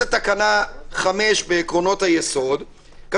לתקנה 5 בעקרונות היסוד- -- זה שיש עינוי דין זה הליך הוגן?